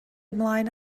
ymlaen